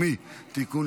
שנספו במערכה (תגמולים ושיקום) (תיקון,